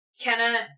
Kenna